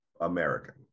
American